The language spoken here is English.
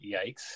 yikes